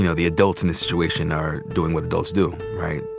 you know the adults in this situation are doing what adults do, right?